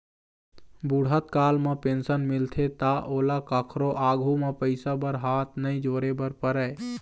बूढ़त काल म पेंशन मिलथे त ओला कखरो आघु म पइसा बर हाथ नइ जोरे बर परय